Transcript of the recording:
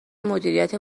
مدیریت